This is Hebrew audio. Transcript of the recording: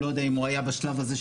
לא יודע אם הוא היה בשלב הזה,